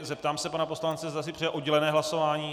Zeptám se pana poslance, zda si přeje oddělené hlasování.